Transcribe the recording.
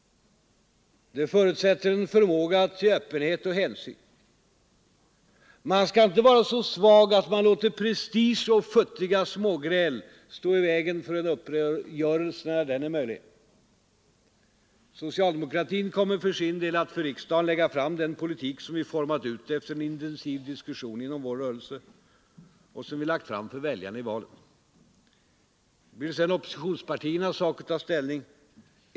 Det förutsätter en förmåga till öppenhet och hänsyn. Man skall inte vara så svag att man låter prestige och futtiga smågräl stå i vägen för en uppgörelse när denna är möjlig. Socialdemokratin kommer för sin del att för riksdagen lägga fram den politik som vi format ut efter en intensiv diskussion inom vår rörelse och som vi lagt fram för väljarna inför valet. Det blir sedan oppositionspartiernas sak att ta ställning.